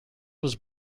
was